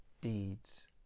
deeds